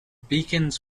beacons